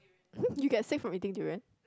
you get sick from eating durian